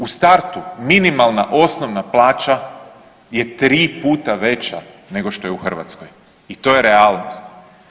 U startu minimalna osnovna plaća je tri puta veća nego što je u Hrvatskoj i to je realnost.